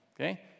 Okay